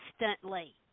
instantly